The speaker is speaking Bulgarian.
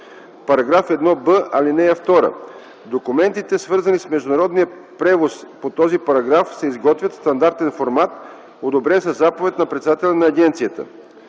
редакция: „§ 1б (2) Документите, свързани с международния превоз по този параграф, се изготвят в стандартен формат, одобрен със заповед на председателя на агенцията.”